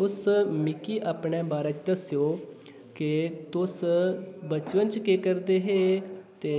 तुस मिगी अपने बारे च दस्सेओ केह् तुस बचपन च केह् करदे हे ते